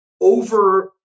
over